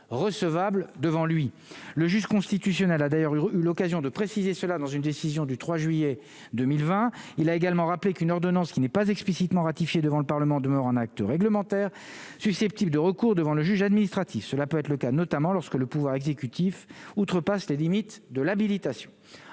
le juge constitutionnel a d'ailleurs eu l'occasion de préciser cela dans une décision du 3 juillet 2020, il a également rappelé qu'une ordonnance qui n'est pas explicitement ratifiée devant le Parlement, demeure un acte réglementaire susceptible de recours devant le juge administratif, cela peut être le cas, notamment lorsque le pouvoir exécutif outrepasse les limites de l'habilitation